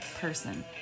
person